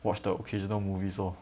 watch the occasional movies lor